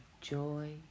joy